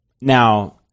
now